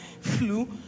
flu